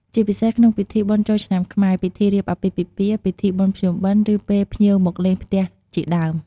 ជាពិសេសក្នុងពិធីបុណ្យចូលឆ្នាំខ្មែរ ពិធីរៀបអាពាហ៍ពិពាហ៍ ពិធីបុណ្យភ្ជុំបិណ្ឌ ឬពេលភ្ញៀវមកលេងផ្ទះជាដើម។